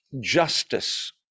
justice